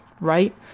right